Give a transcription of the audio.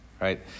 Right